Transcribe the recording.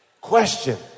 Question